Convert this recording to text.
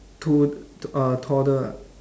to~ t~ uh toddler